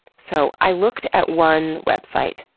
so i looked at one website,